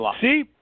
See